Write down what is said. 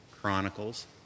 Chronicles